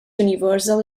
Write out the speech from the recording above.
universal